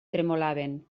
tremolaven